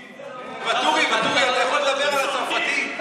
ואטורי, אתה יכול לדבר על הצרפתי?